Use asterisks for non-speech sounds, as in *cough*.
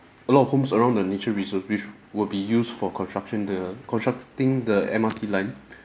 a lot of homes around the nature reserve which will be used for construction the constructing the M_R_T line *breath*